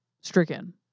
stricken